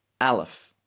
Aleph